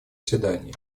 заседании